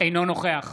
אינו נוכח